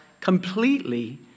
completely